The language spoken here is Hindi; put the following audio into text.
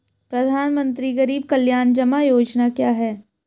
प्रधानमंत्री गरीब कल्याण जमा योजना क्या है?